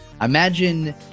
Imagine